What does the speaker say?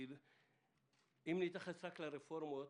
כי אם נתייחס רק לרפורמות,